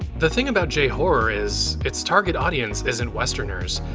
the thing about j-horror is, it's target audience isn't westerners.